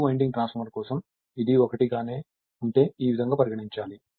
రెండు winding transformer కోసం ఇది 1 గా ఉంటే ఈ విధంగా పరిగణించాలి